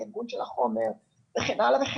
ארגון של החומר וכן הלאה,